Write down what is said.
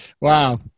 Wow